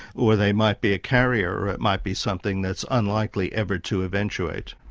or they might be a carrier, or it might be something that's unlikely ever to eventuate.